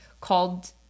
called